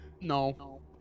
no